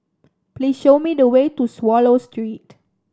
please show me the way to Swallow Street